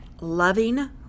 loving